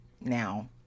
Now